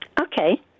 Okay